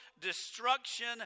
destruction